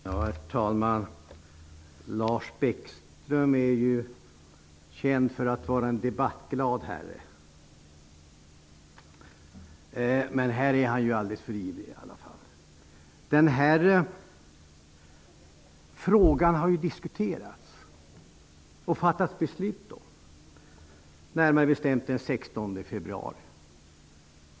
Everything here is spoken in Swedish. Herr talman! Lars Bäckström är ju känd för att vara en debattglad herre, men här är han nog i alla fall alldeles för yvig. Den här frågan har diskuterats och fattats beslut om, närmare bestämt den 16 februari.